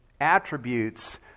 attributes